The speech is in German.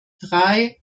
drei